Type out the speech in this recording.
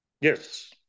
Yes